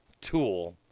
tool